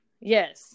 Yes